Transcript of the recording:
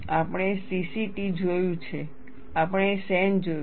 આપણે CCT જોયું છે આપણે SEN જોયું છે